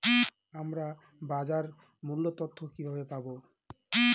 আমরা বাজার মূল্য তথ্য কিবাবে পাবো?